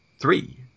three